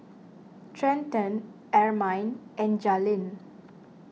Trenten Ermine and Jalynn